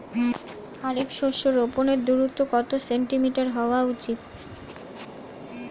খারিফ শস্য রোপনের দূরত্ব কত সেন্টিমিটার হওয়া উচিৎ?